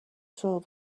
saw